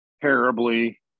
terribly